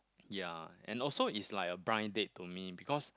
ya and also is like a blind date to me because